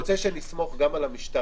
אני רוצה שנסמוך גם על המשטרה